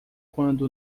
quando